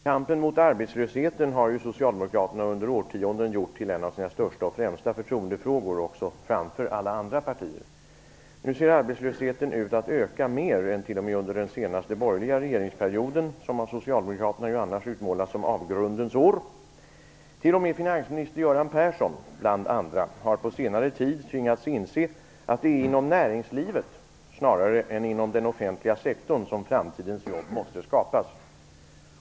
Fru talman! Socialdemokraterna har ju under årtionden gjort kampen mot arbetslösheten till en av sina största och främsta förtroendefrågor. Nu ser arbetslösheten ut att öka mer än t.o.m. under den senaste borgerliga regeringsperioden, som av Socialdemokraterna ju annars utmålas som avgrundens år. T.o.m. finansminister Göran Persson, bl.a., har på senare tid tvingats inse att det är inom näringslivet snarare än inom den offentliga sektorn som framtidens jobb måste skapas.